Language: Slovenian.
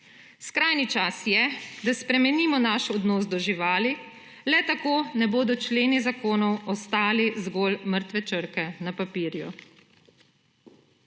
Skrajni čas je, da spremenimo naš odnos do živali, le tako ne bodo členi zakonov ostali zgolj mrtve črke na papirju.